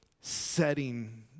setting